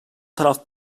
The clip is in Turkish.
taraf